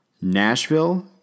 Nashville